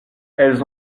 elles